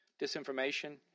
disinformation